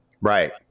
Right